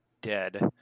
dead